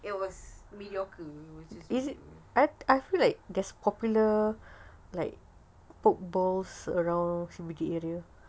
it was mediocre